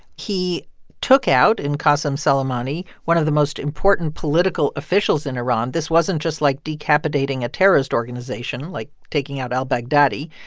he took out in qassem soleimani one of the most important political officials in iran. this wasn't just, like, decapitating a terrorist organization, like taking out al-baghdadi.